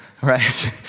right